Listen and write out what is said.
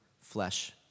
flesh